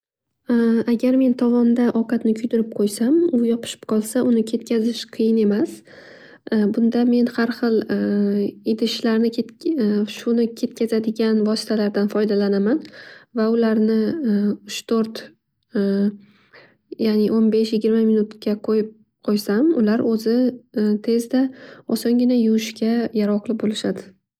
Agar men tovonda ovqatni kuydirib qo'ysam u yopishib qolsa uni ketgazish qiyin emas. Bunda men har xil idishlarni shuni ketkazadigan vositalardan foydalanaman. Va ularni uch to'rt ya'ni o'n besh yigirma minutga qo'yib qo'ysam, ular o'zi tezda osongina yuvishga yaroqli bo'lishadi.